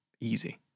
Easy